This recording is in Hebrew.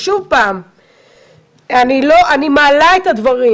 אני מעלה את הדברים,